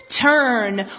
Turn